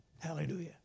Hallelujah